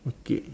okay